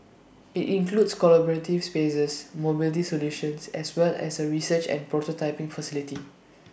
IT includes collaborative spaces mobility solutions as well as A research and prototyping facility